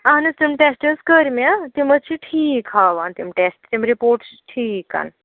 اہن حظ تِم ٹٮ۪سٹ حظ کٔرۍ مےٚ تِم حظ چھِ ٹھیٖک ہاوان تِم ٹٮ۪سٹ تِم رِپوٹ چھِ ٹھیٖکَن